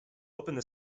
opened